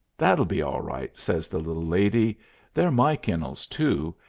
that'll be all right, says the little lady they're my kennels too.